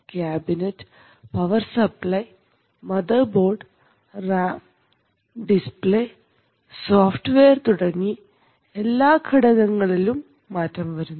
cabinet power supply motherboard RAM display software തുടങ്ങി എല്ലാ ഘടകങ്ങൾഇലും മാറ്റങ്ങൾ വരുന്നു